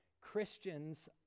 christians